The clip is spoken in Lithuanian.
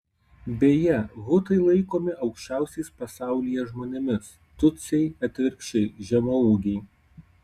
beje hutai laikomi aukščiausiais pasaulyje žmonėmis tutsiai atvirkščiai žemaūgiai